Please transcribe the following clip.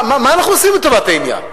מה אנחנו עושים לטובת העניין?